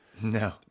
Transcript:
no